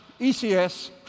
ECS